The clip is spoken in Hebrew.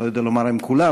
אני לא יודע לומר אם כולם,